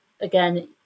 Again